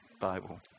Bible